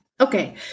Okay